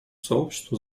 сообществу